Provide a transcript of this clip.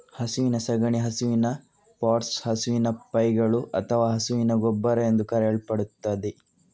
ಹಸುವಿನ ಸಗಣಿ ಹಸುವಿನ ಪಾಟ್ಸ್, ಹಸುವಿನ ಪೈಗಳು ಅಥವಾ ಹಸುವಿನ ಗೊಬ್ಬರ ಎಂದೂ ಕರೆಯಲ್ಪಡುತ್ತದೆ